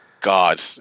God